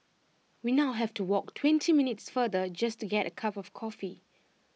we now have to walk twenty minutes farther just to get A cup of coffee